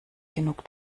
genug